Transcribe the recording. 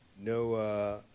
no